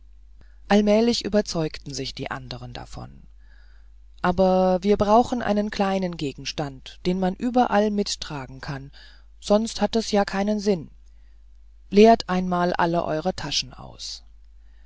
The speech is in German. allmählich überzeugten sich die anderen davon aber wir brauchen einen kleinen gegenstand den man überall mittragen kann sonst hat es ja keinen sinn leert einmal alle eure taschen aus